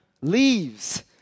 Leaves